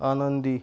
आनंदी